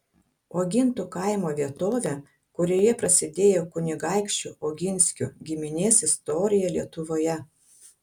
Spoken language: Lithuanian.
uogintų kaimo vietovę kurioje prasidėjo kunigaikščių oginskių giminės istorija lietuvoje